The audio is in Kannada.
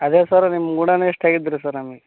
ಅದೇ ಸರ್ ನಿಮ್ಮ ಗುಣನೇ ಇಷ್ಟಾಗಿದ್ದು ರೀ ಸರ್ ನಮಗೆ